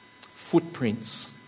Footprints